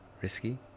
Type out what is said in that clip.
risky